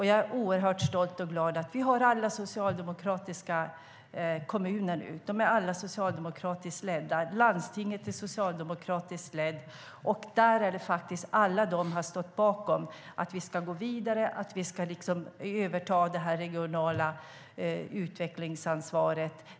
Jag är oerhört stolt och glad över att alla kommuner är socialdemokratiska nu. De är alla socialdemokratiskt ledda, och landstinget är socialdemokratiskt lett. De har alla stått bakom att vi ska gå vidare och överta det regionala utvecklingsansvaret.